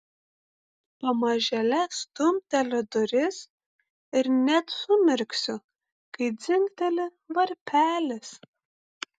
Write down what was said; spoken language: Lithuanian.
pamažėle stumteliu duris ir net sumirksiu kai dzingteli varpelis